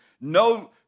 No